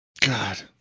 God